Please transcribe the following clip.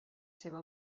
seva